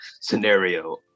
scenario